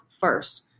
first